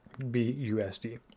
BUSD